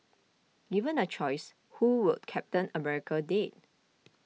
given a choice who would Captain America date